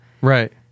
Right